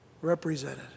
represented